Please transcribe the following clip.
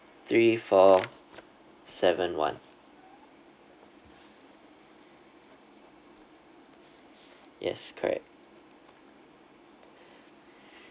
three four seven one yes correct